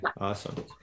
awesome